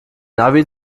navi